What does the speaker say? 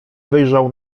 wyjrzał